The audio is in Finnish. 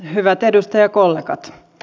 hyvät edustajakollegat